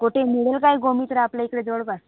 कोठे मिळेल काय गोमूत्र आपल्या इकडे जवळपास